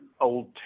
old